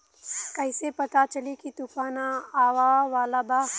कइसे पता चली की तूफान आवा वाला बा?